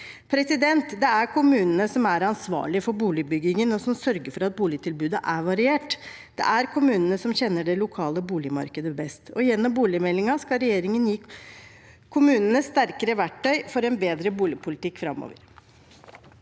boliger. Det er kommunene som er ansvarlige for boligbyggingen, og som sørger for at boligtilbudet er variert. Det er kommunene som kjenner det lokale boligmarkedet best, og gjennom boligmeldingen skal regjeringen gi kommunene sterkere verktøy for en bedre boligpolitikk framover.